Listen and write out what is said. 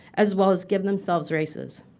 as well as give themselves raises.